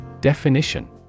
Definition